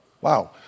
Wow